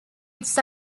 its